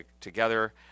together